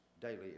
daily